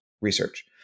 research